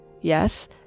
Yes